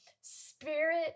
spirit